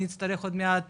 אני יצטרך עוד מעט